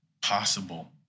possible